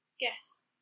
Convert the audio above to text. Yes